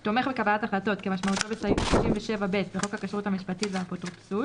הרשות הארצית לכבאות והצלה לפי חוק הרשות הארצית לכבאות והצלה,